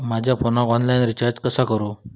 माझ्या फोनाक online recharge कसा करू?